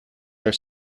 are